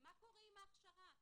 מה קורה עם ההכשרה,